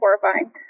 horrifying